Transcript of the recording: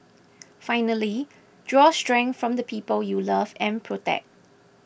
finally draw strength from the people you love and protect